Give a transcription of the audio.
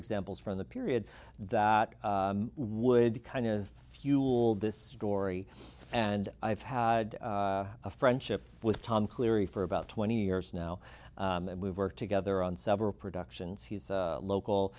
examples from the period that would kind of fuel this story and i've had a friendship with tom cleary for about twenty years now and we've worked together on several productions he's local